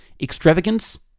Extravagance